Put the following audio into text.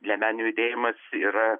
liemenių judėjimas yra